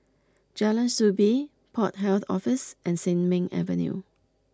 Jalan Soo Bee Port Health Office and Sin Ming Avenue